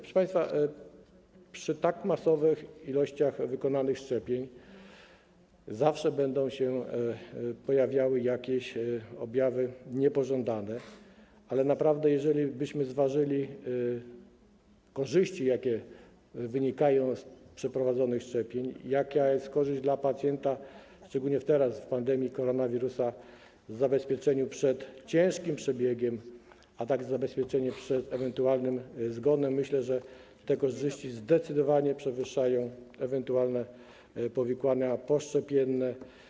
Proszę państwa, przy tak masowych ilościach wykonanych szczepień zawsze będą się pojawiały jakieś objawy niepożądane, ale naprawdę, gdybyśmy zważyli korzyści, jakie wynikają z przeprowadzonych szczepień, jaka jest korzyść dla pacjenta, szczególnie teraz, w pandemii koronawirusa, jeśli chodzi o zabezpieczenie przed ciężkim przebiegiem, zabezpieczenie przed ewentualnym zgonem, to myślę, że uznalibyśmy, że korzyści zdecydowanie przewyższają ewentualne powikłania poszczepienne.